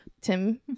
tim